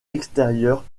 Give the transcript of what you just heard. extérieure